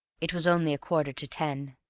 it was only a quarter to ten.